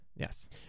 Yes